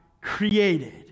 created